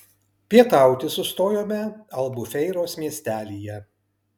pietauti sustojome albufeiros miestelyje